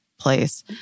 place